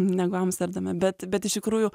negu amsterdame bet bet iš tikrųjų